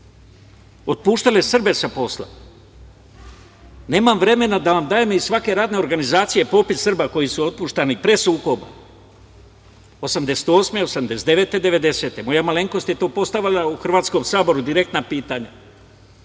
otpuštale Srbe sa posla. Nemam vremena da vam dajem iz svake radne organizacije popis Srba koji su otpuštani pre sukoba, 1988, 1989. i 1990. godine. Moja malenkost je postavila u Hrvatskom saboru direktna pitanja.